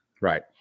Right